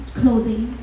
clothing